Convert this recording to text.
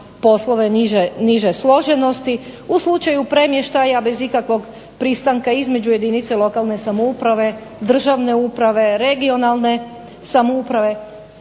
poslove niže složenosti, u slučaju premještaja bez ikakvog pristanka između jedinice lokalne samouprave, državne uprave, regionalne samouprave